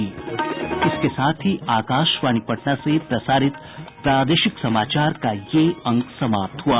इसके साथ ही आकाशवाणी पटना से प्रसारित प्रादेशिक समाचार का ये अंक समाप्त हुआ